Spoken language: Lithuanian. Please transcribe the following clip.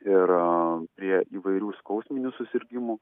ir prie įvairių skausminių susirgimų